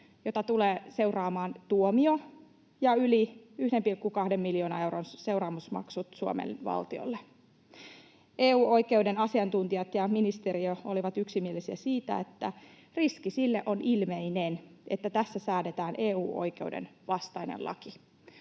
seuraamaan tuomio ja yli 1,2 miljoonan euron seuraamusmaksut Suomen valtiolle. EU-oikeuden asiantuntijat ja ministeriö olivat yksimielisiä siitä, että riski sille on ilmeinen, että tässä säädetään EU-oikeuden vastainen laki.